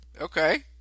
okay